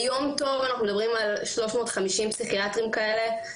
ביום יום אנחנו מדברים על 350 פסיכיאטרים כאלה,